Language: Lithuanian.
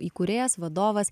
įkūrėjas vadovas